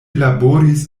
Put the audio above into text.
laboris